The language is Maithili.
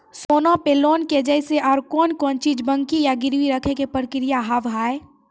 सोना पे लोन के जैसे और कौन कौन चीज बंकी या गिरवी रखे के प्रक्रिया हाव हाय?